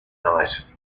night